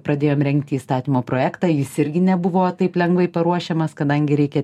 pradėjom rengti įstatymo projektą jis irgi nebuvo taip lengvai paruošiamas kadangi reikia